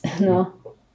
no